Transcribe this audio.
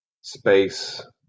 space